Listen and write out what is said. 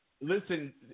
listen